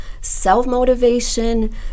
self-motivation